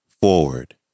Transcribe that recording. forward